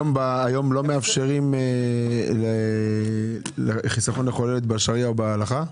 היום לא מאפשרים חיסכון לכל ילד בשריעה או בהלכה?